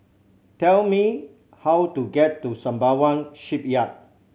tell me how to get to Sembawang Shipyard